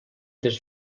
des